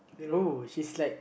uh she's like